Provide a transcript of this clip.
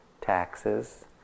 taxes